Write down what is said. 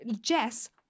Jess